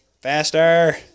Faster